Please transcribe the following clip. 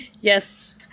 Yes